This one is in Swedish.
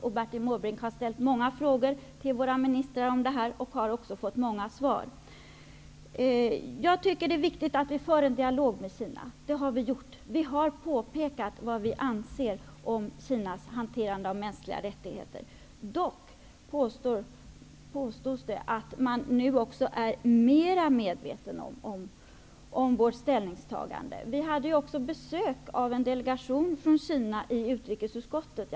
Bertil Måbrink har ställt många frågor till våra ministrar och har också fått många svar. Jag tycker att det är viktigt att föra en dialog med Kina, och det har vi gjort. Vi har påpekat vad vi anser om Kinas hanterande av mänskliga rättigheter. Dock påstås det att man nu är mera medveten om vårt ställningstagande. Vi har också haft besök av en delegation från Kina i utrikesutskottet.